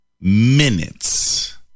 minutes